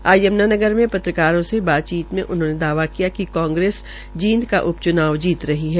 आज यमुनानगर में पत्रकारों से बातचीत में उन्होंने दावा कि कांग्रेस जींद का उप च्नाव जीत रही है